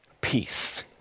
peace